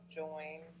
join